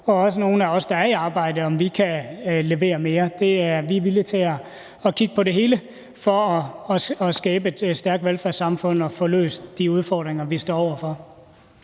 om, om nogle af os, der er i arbejde, kan levere mere. Vi er villige til at kigge på det hele for at få skabt et stærkt velfærdssamfund og få løst de udfordringer, vi står over for.